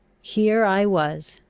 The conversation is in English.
here i was,